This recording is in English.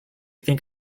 think